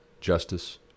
justice